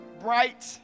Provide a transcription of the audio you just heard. bright